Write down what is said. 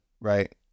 right